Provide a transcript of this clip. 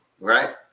right